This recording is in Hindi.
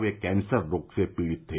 वह कैसर रोग से पीड़ित थे